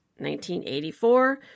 1984